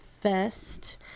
Fest